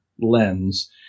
lens